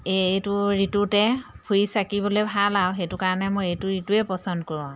এইটো ঋতুতে ফুৰি চাকিবলৈ ভাল আৰু সেইটো কাৰণে মই এইটো ঋতুয়ে পচন্দ কৰোঁ